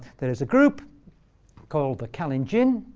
there is a group called the kalenjin,